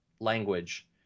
language